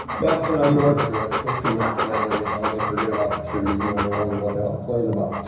but you know, you work through it. fifteen minutes ah later, you know, they forget about the trees. and then they wonder what the hell the play's about.